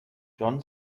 john